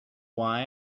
why